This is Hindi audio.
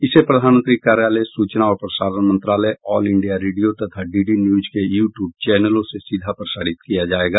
इसे प्रधानमंत्री कार्यालय सूचना और प्रसारण मंत्रालय ऑल इंडिया रेडियो तथा डी डी न्यूज के यू ट्यूब चैनलों से सीधा प्रसारित किया जायेगा